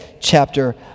chapter